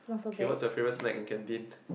okay what's your favourite snack in canteen